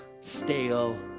stale